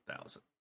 thousand